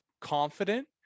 confident